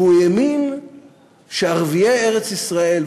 והוא האמין שערביי ארץ-ישראל,